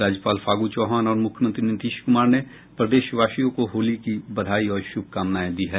राज्यपाल फागू चौहान और मुख्यमंत्री नीतीश कुमार ने प्रदेश वासियों को होली की बधाई और शुभकामनाएं दी हैं